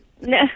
No